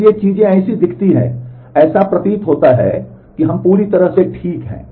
इसलिए चीजें ऐसी दिखती हैं कि ऐसा प्रतीत होता है कि हम हैं कि हम पूरी तरह से ठीक हैं